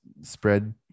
spread